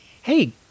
hey